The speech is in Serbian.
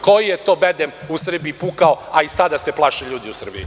Koji je to bedem u Srbiji pukao, a i sada se plaše ljudi u Srbiji?